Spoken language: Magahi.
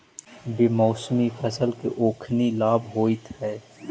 बेमौसमी फसल से ओखनी लाभ होइत हइ